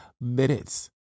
minutes